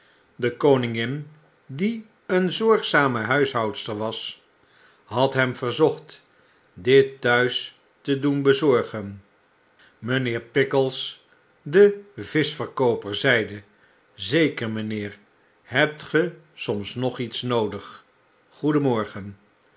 de koningin die een zorgzame huishoudster was had hem verzocht ditt'huis te doen bezorgen mijnheer pickles de vischverkooper zeide zeker mynheer hebt ge soms nog iets noodig